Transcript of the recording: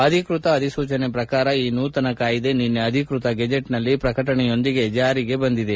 ಅಧಿಕೃತ ಅಧಿಸೂಚನೆ ಪ್ರಕಾರ ಈ ನೂತನ ಕಾಯಿದೆ ನಿನ್ನೆ ಅಧಿಕೃತ ಗೆಜೆಟ್ ನಲ್ಲಿ ಪ್ರಕಟಣೆಯೊಂದಿಗೆ ಜಾರಿಗೆ ಬಂದಿದೆ